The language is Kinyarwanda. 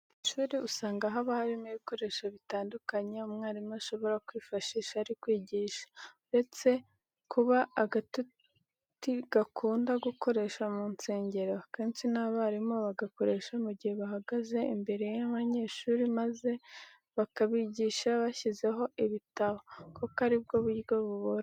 Mu ishuri usanga haba harimo ibikoresho bitandukanye umwarimu ashobora kwifashisha ari kwigisha. Uretse kuba agatuti gakunda gukoreshwa mu nsengero, akenshi n'abarimu bagakoresha mu gihe bahagaze imbere y'abanyeshuri maze bakabigisha bashyizeho ibitabo kuko ari bwo buryo buborohera.